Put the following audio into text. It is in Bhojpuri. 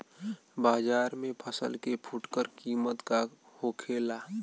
बाजार में फसल के फुटकर कीमत का होखेला?